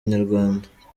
inyarwanda